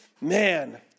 man